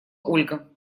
ольга